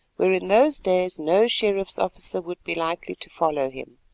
where in those days no sheriff's officer would be likely to follow him.